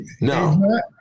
No